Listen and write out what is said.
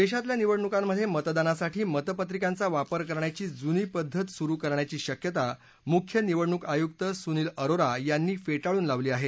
देशातल्या निवडणुकांमध्ये मतदानासाठी मतपत्रिकांचा वापर करण्याची जुनी पद्धत सुरू करण्याची शक्यता मुख्य निवडणूक आयुक्त सुनील अरोरा यांनी फेटाळून लावली आहे